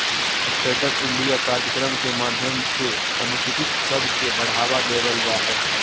stand up India कार्यक्रम के माध्यम से अनुसूचित सब के बढ़ावा देवल जा हय